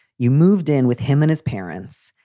you moved in with him and his parents,